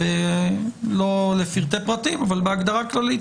לא לפרטי פרטים אבל בהגדרה כללית,